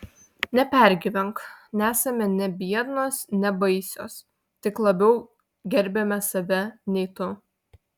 nepergyvenk nesame ne biednos ne baisios tik labiau gerbiame save nei tu